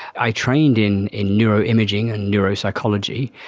i trained in in neuroimaging and neuropsychology.